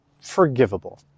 forgivable